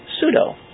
pseudo